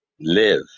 Live